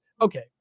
okay